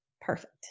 Perfect